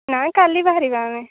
ନାଇଁ କାଲି ବାହାରିବା